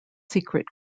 secret